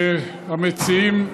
המציעים,